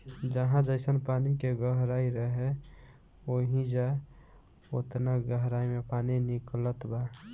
जहाँ जइसन पानी के गहराई रहे, ओइजा ओतना गहराई मे पानी निकलत बा